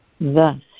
Thus